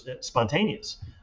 spontaneous